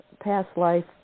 past-life